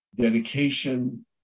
dedication